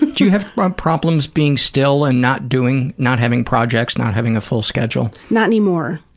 do you have problems being still and not doing, not having projects, not having a full schedule? not anymore.